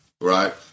Right